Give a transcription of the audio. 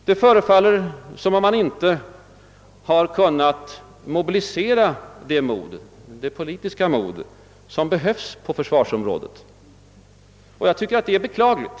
Det förefaller som om man inte har kunnat mobilisera det mod — det politiska mod — som behövs på försvarsområdet. Jag tycker att det är beklagligt.